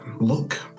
look